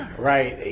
right!